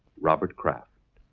robert craft.